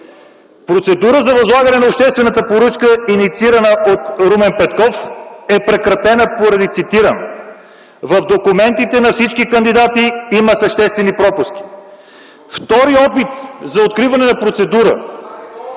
Процедурата за възлагане на обществена поръчка, инициирана от Румен Петков, е прекратена, поради, цитирам: „В документите на всички кандидати има съществени пропуски”. Втори опит за откриване на процедура!